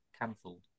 cancelled